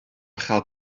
chael